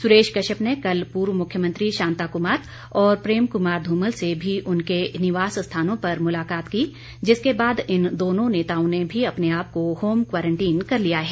सुरेश कश्यप ने कल पूर्व मुख्यमंत्री शांता कुमार और प्रेम कुमार धूमल से भी उनके निवास स्थानों पर मुलाकात की जिसके बाद इन दोनों नेताओं ने भी अपने आप को होम क्वारंटीन कर लिया है